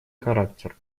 характер